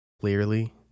clearly